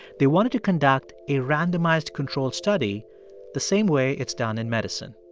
they wanted to conduct a randomized controlled study the same way it's done in medicine.